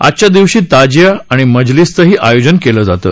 आजच्या दिवशी ताजिया आणि मजलिसंच आयोजन केलं जातं